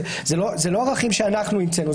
זה לא ערכים שאנחנו המצאנו,